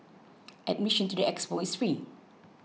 admission to the expo is free